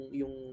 yung